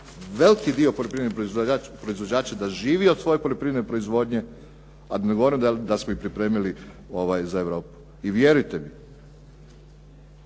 veliki dio poljoprivrednih proizvođača da živi od svoje poljoprivredne proizvodnje, a da ne govorim da smo ih pripremili za Europu. I vjerujte mi,